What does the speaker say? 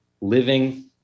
living